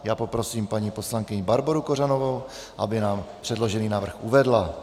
Já poprosím paní poslankyni Barboru Kořanovou, aby nám předložený návrh uvedla.